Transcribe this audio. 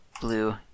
Blue